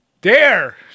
dare